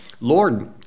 Lord